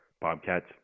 bobcats